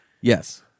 Yes